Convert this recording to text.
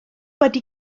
wedi